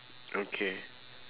okay